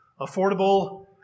affordable